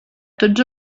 tots